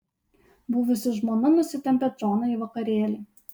buvusi žmona nusitempia džoną į vakarėlį